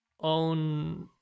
own